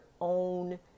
own